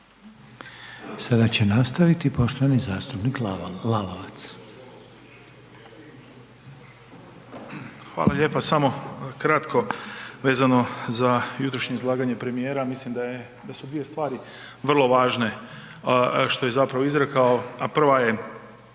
Sada će nastaviti poštovani zastupnik Lalovac. **Lalovac, Boris (SDP)** Hvala lijepa. Samo kratko vezano za jutrošnje izlaganje premijera, mislim da je, da su dvije stvari vrlo važne što je zapravo izrekao, a prva je